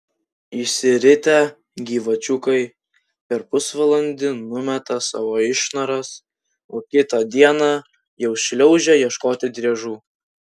išsiritę gyvačiukai per pusvalandį numeta savo išnaras o kitą dieną jau šliaužia ieškoti driežų